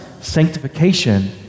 sanctification